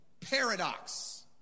Paradox